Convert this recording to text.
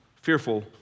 fearful